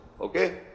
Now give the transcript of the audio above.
Okay